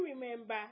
remember